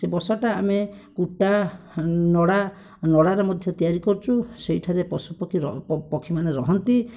ସେ ବସାଟା ଆମେ କୁଟା ନଡ଼ା ନଡ଼ାରେ ମଧ୍ୟ ତିଆରି କରିଚୁ ସେହିଠାରେ ପଶୁପକ୍ଷୀ ପକ୍ଷୀମାନେ ରହନ୍ତି